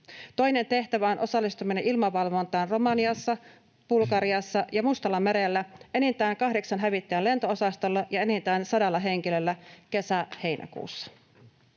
Toinen tehtävä on osallistuminen ilmavalvontaan Romaniassa, Bulgariassa ja Mustallamerellä enintään kahdeksan hävittäjän lento-osastolla ja enintään 100 henkilöllä kesä—heinäkuussa.